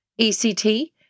ECT